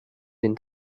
den